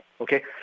Okay